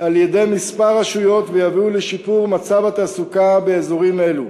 על-ידי כמה רשויות ויביאו לשיפור מצב התעסוקה באזורים אלו.